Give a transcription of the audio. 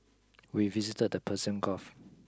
we visited the Persian Gulf